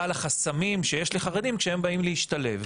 על החסמים שיש לחרדים כשהם באים להשתלב.